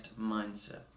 mindset